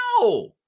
No